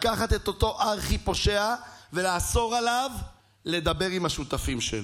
לקחת את אותו ארכי-פושע ולאסור עליו לדבר עם השותפים שלו.